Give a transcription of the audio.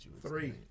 Three